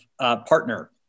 partner